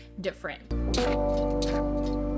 different